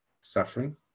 suffering